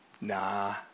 Nah